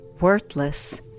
worthless